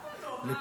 למה לא, מה?